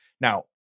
Now